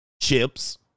chips